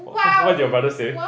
what what did your brother say